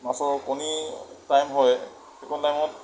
মাছৰ কণীৰ টাইম হয় সেইকণ টাইমত